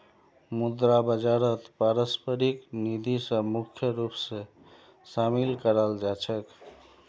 मुद्रा बाजारत पारस्परिक निधि स मुख्य रूप स शामिल कराल जा छेक